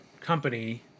company